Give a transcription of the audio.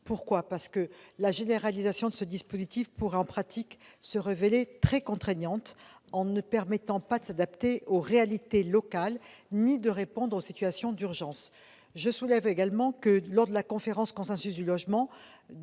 Pourquoi ? À notre sens, la généralisation de ce dispositif pourrait en pratique se révéler très contraignante en empêchant de s'adapter aux réalités locales et de répondre aux situations d'urgence. Je souligne également que, lors de la conférence de consensus sur le logement,